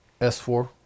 S4